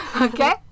Okay